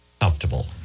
comfortable